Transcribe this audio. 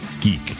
geek